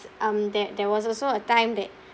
um that there was also a timed it